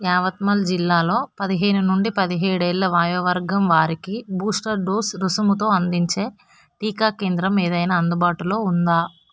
యావత్మల్ జిల్లాలో పదిహేను నుండి పదిహేడేళ్ళ వయోవర్గం వారికి బూస్టర్ డోసు రుసుముతో అందించే టీకా కేంద్రం ఏదైనా అందుబాటులో ఉందా